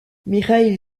mikhaïl